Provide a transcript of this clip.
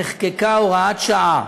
נחקקה הוראת שעה